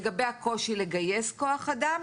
לגבי הקושי לגייס כוח אדם,